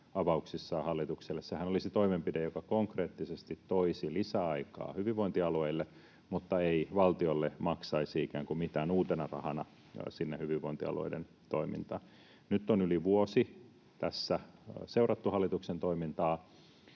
avauksissaan hallitukselle. Sehän olisi toimenpide, joka toisi konkreettisesti lisäaikaa hyvinvointialueille mutta ei valtiolle maksaisi ikään kuin mitään uutena rahana sinne hyvinvointialueiden toimintaan. Nyt on yli vuosi tässä seurattu hallituksen toimintaa